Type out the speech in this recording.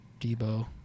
Debo